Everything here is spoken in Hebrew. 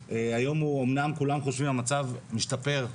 אמנם היום כולם חושבים שהמצב משתפר,